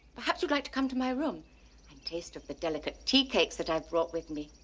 perhaps you'd like to come to my room and taste of the delicate tea cakes that i've brought with me.